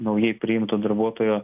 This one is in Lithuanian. naujai priimto darbuotojo